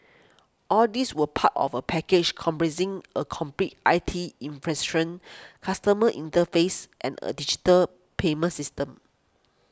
all these were part of a package comprising a complete I T customer interface and a digital payment system